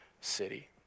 city